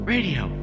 Radio